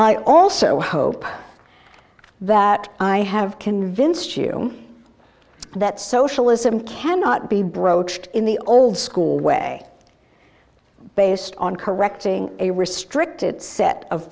i also hope that i have convinced you that socialism cannot be broached in the old school way based on correcting a restricted set of